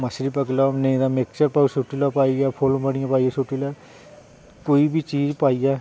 मच्छली पकड़ी लैओ नेईं तां सुट्टी लैओ फुल्लबड़ियां सुट्टियै पकड़ी लैओ कोई बी चीज़ पाइयै